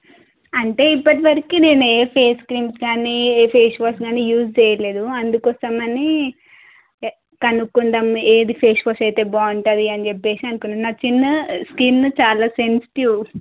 అంటే ఇప్పటివరకు నేనే ఫేస్ క్రీమ్స్ కానీ ఏ ఫేస్ వాష్ యూజ్ చేయలేదు అందుకోసమని కనుక్కుందాం ఏది ఫేస్ వాష్ అయితే బాగుంటుంది అని చెప్పేసి అనుకున్నాను నా స్కిన్ స్కిన్ చాలా సెన్సిటివ్